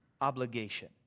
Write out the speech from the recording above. obligation